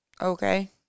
Okay